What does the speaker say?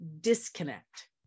disconnect